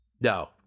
No